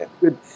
Good